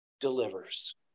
delivers